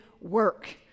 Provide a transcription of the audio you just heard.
work